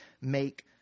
make